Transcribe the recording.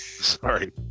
sorry